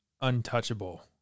untouchable